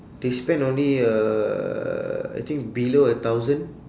they spend only uh I think below a thousand